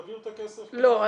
תביאו את הכסף -- לא,